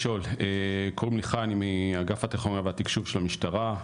קוראים לי חיים מאגף התכנון והתקשוב של המשטרה.